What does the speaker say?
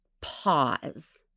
pause